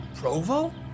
provo